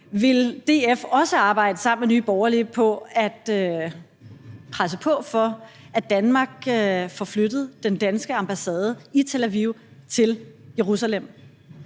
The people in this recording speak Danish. Vil DF også arbejde sammen med Nye Borgerlige om at presse på for, at Danmark får flyttet den danske ambassade i Tel Aviv til Jerusalem?